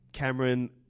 Cameron